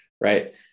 Right